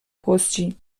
پستچیم